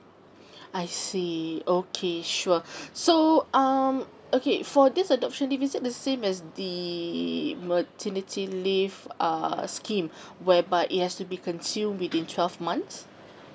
I see okay sure so um okay for this adoption leave is it the same as the maternity leave uh scheme whereby it has to be consumed within twelve months